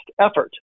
effort